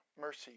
mercy